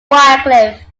wycliffe